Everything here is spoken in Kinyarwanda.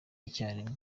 icyarimwe